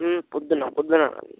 ప్రొద్దున ప్రొద్దున అన్న